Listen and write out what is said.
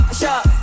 shot